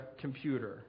computer